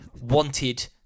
wanted